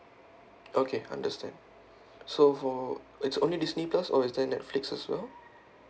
okay understand so for it's only disney plus or is there netflix as well